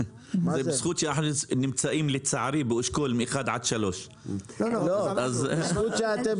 לצערי זה בזכות העובדה שאנחנו נמצאים באשכולות 1 3. בזכות זה שאתם